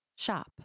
Shop